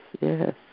yes